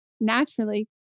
naturally